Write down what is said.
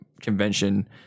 convention